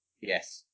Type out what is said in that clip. yes